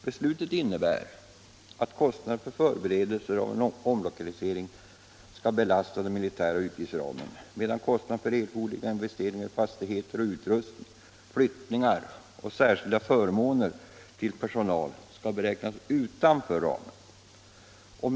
Beslutet innebär att kostnader för att förbereda en omlokalisering skall belasta den militära utgiftsramen, medan kostnader för erforderliga investeringar i fastigheter och utrustning, flyttningar och särskilda förmåner till personal skall beräknas utanför ramen.